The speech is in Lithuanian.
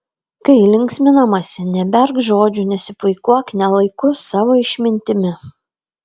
kai linksminamasi neberk žodžių nesipuikuok ne laiku savo išmintimi